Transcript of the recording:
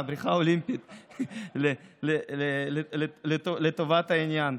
בריכה, בריכה אולימפית, לטובת העניין.